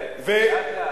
כצל'ה, לאט לאט.